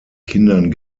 kindern